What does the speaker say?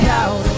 out